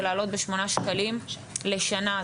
ולהעלות בשמונה שקלים לשנה.